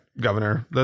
governor